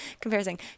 comparing